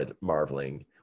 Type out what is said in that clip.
marveling